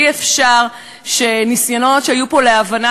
אי-אפשר שניסיונות שהיו פה להבנה,